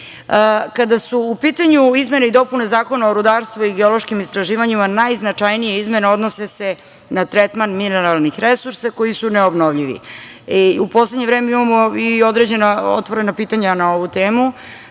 su u pitanju izmene i dopune Zakona o rudarstvu i geološkim istraživanjima, najznačajnije izmene odnose se na tretman mineralnih resursa koji su neobnovljivi. U poslednje vreme imamo i određena otvorena pitanja na ovu temu,